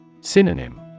Synonym